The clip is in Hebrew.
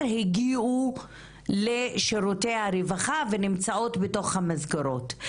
הגיעו לשירותי הרווחה ונמצאות בתוך המסגרות.